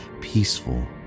peaceful